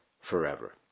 forever